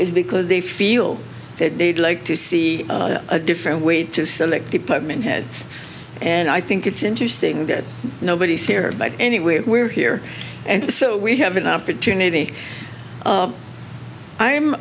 is because they feel that they'd like to see a different way to select department heads and i think it's interesting that nobody scared but anyway we're here and so we have an opportunity